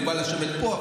הוא בא לשבת פה,